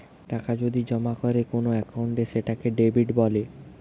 টাকা যদি জমা করে কোন একাউন্টে সেটাকে ডেবিট বলে